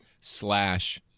slash